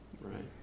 Right